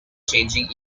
changing